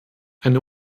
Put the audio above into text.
eine